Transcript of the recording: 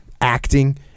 acting